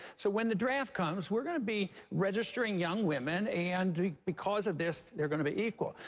so when the draft comes, we're going to be registering young women, and because of this they're going to be equal.